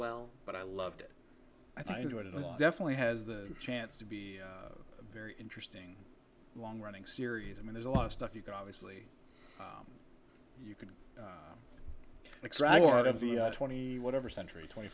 well but i loved it i thought it was definitely has the chance to be a very interesting long running series i mean there's a lot of stuff you can obviously you could the twenty whatever century twenty